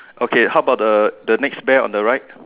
okay how about the next bear on the right